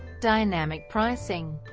dynamic pricing